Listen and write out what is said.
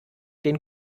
den